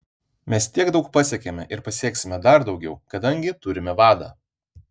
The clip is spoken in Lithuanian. mes tiek daug pasiekėme ir pasieksime dar daugiau kadangi turime vadą